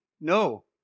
no